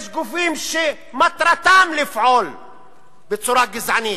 יש גופים שמטרתם לפעול בצורה גזענית.